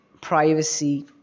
privacy